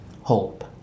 hope